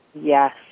Yes